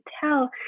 tell